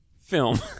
film